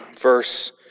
verse